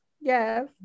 yes